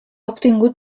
obtingut